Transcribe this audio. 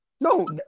no